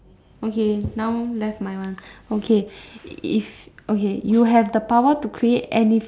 okay now left my one okay if okay you have the power to create any